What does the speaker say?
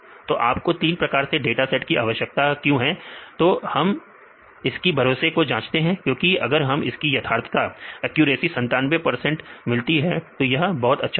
तो आपको तीन प्रकार के डाटा सेट की आवश्यकता क्यों है तो हम इसकी भरोसे को जांचते हैं क्योंकि अगर हमको इसकी यथार्थता 97 मिलती है तो यह बहुत अच्छा होगा